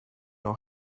know